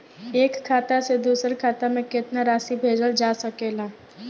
एक खाता से दूसर खाता में केतना राशि भेजल जा सके ला?